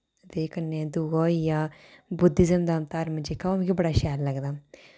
ते कन्नै दुआ होई गेआ बुद्धिस्म दा धर्म जेह्का ओह् मिकी बड़ा शैल लगदा